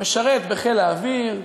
משרת בחיל האוויר,